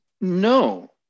No